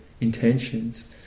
intentions